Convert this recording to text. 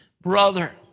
brother